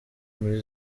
muri